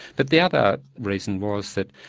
but the other reason was that